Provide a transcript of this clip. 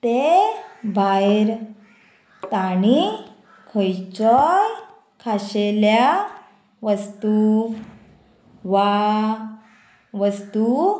ते भायर तांणी खंयचोय खाशेल्या वस्तू वा वस्तू